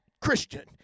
Christian